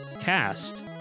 cast